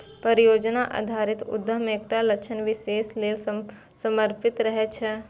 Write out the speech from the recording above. परियोजना आधारित उद्यम एकटा लक्ष्य विशेष लेल समर्पित रहै छै